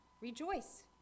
Rejoice